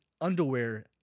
underwear